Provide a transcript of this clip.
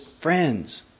friends